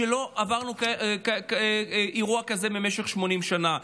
לא עברנו אירוע כזה במשך 80 שנה.